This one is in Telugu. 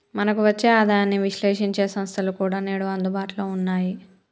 మనకు వచ్చే ఆదాయాన్ని విశ్లేశించే సంస్థలు కూడా నేడు అందుబాటులో ఉన్నాయి